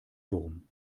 wurm